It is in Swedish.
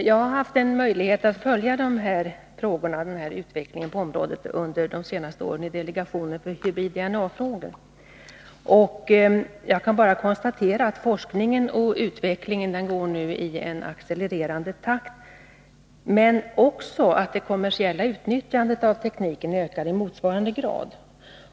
Jag har haft en möjlighet att följa utvecklingen på detta område under de senaste åren i delegationen för hybrid-DNA-frågor, och jag kan bara konstatera att forskningen och utvecklingen nu går i accelererande takt men att också det kommersiella utnyttjandet av tekniken ökar i motsvarande grad.